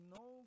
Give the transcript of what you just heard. no